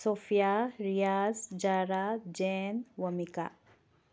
ꯁꯣꯐꯤꯌꯥ ꯔꯤꯌꯥꯖ ꯖꯥꯔꯥ ꯖꯦꯟ ꯋꯥꯃꯤꯀꯥ